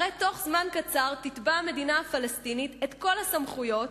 הרי בתוך זמן קצר תתבע המדינה הפלסטינית את כל הסמכויות,